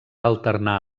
alternar